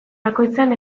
bakoitzean